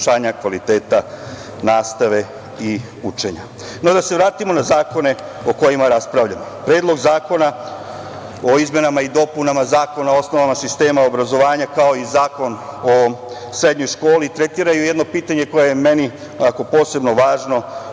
kvaliteta nastave i učenja.No, da se vratimo na zakone o kojima raspravljamo. Predlog zakona o izmenama i dopunama zakona o osnovama sistema obrazovanja, kao i zakon o srednjoj školi, tretiraju jedno pitanje, koje je meni onako posebno važno